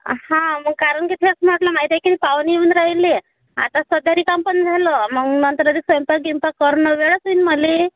हां मग कारण की तेच म्हटलं माहीत आहे की पाहुणे येऊन राहिले आहे आता सकाळी काम पण झालं मग नंतर स्वयंपाक बियंपाक करून मग वेळच नाही नं मला